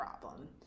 problem